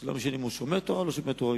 לא משנה אם הוא שומר תורה או לא שומר תורה,